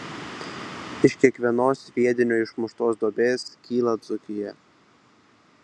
iš kiekvienos sviedinio išmuštos duobės kyla dzūkija